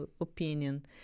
opinion